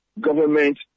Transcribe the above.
government